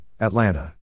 Atlanta